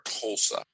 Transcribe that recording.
Tulsa